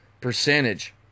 percentage